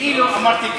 כאילו אמרתי,